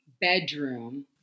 bedroom